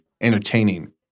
entertaining